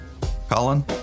Colin